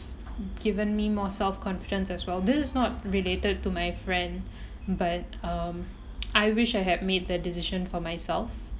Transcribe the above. given me more self-confidence as well this is not related to my friend but um I wish I had made the decision for myself